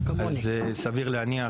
סביר להניח